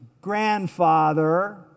grandfather